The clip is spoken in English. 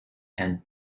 and